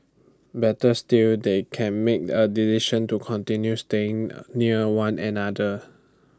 better still they can make A decision to continue staying near one another